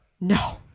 no